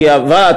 כי הוועד,